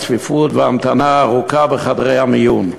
הצפיפות וההמתנה הארוכה בחדרי המיון.